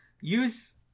Use